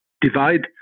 Divide